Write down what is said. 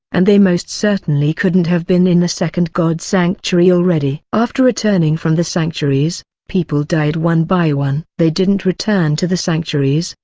and they most certainly couldn't have been in the second god's sanctuary already. after returning from the sanctuaries, people died one-by-one. they didn't return to the sanctuaries,